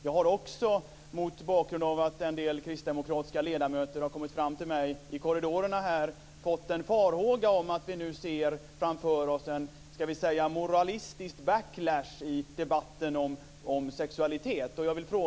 Jag har också, mot bakgrund av att en del kristdemokratiska ledamöter har kommit fram till mig i korridorerna här, fått en farhåga om att vi nu ser framför oss en ska vi säga moralistisk backlash i debatten om sexualitet.